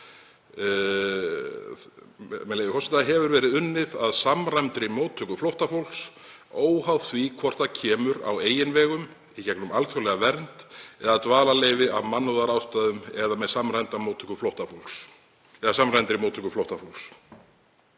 með leyfi forseta: „… hefur verið unnið að samræmdri móttöku flóttafólks, óháð því hvort það kemur á eigin vegum, í gegnum alþjóðlega vernd eða dvalarleyfi af mannúðarástæðum eða með samræmdri móttöku flóttafólks.“